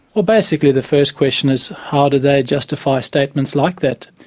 well, basically the first question is how do they justify statements like that.